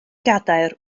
gadair